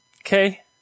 Okay